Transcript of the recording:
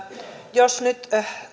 jos nyt